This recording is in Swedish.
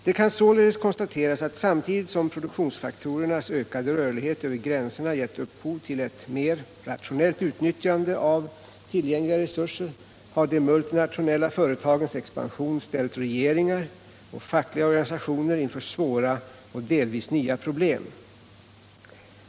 Det kan således konstateras att samtidigt som produktionsfaktorernas ökade rörlighet över gränserna gett upphov till ett mer rationellt utnyttjande av tillgängliga resurser har de multinationella företagens expansion ställt regeringar och fackliga organisationer inför svåra och delvis nya problem.